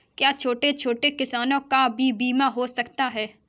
क्या छोटे छोटे बच्चों का भी बीमा हो सकता है?